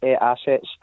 assets